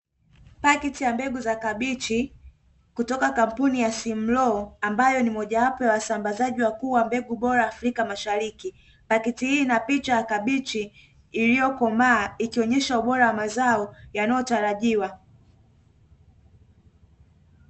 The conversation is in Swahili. Pakiti ya mbegu za kabichi kutoka kampuni ya "Simlaw" ambayo ni moja wapo ya wasambazaji wakuu wa mbegu bora Afrika mashariki. Pakiti hii ina picha ya kabichi iliyokomaa ikionyesha ubora wa mazao yanayotarajiwa.